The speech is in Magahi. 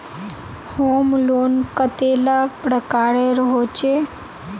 होम लोन कतेला प्रकारेर होचे?